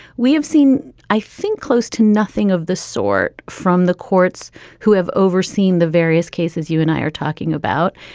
we have seen, i think, close to nothing of the sort from the courts who have overseen the various cases you and i are talking about.